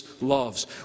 loves